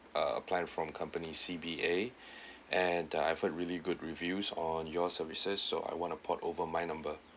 uh a plan from company C B A and I've heard really good reviews on your services so I want to port over my number